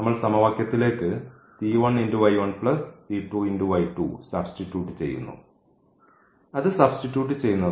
നമ്മൾ സമവാക്യത്തിലേക്ക് സബ്സ്റ്റിറ്റ്യൂട്ട് ചെയ്യുന്നു